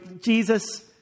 Jesus